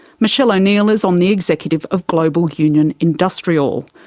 michele o'neil is on the executive of global union industriall.